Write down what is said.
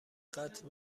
قتل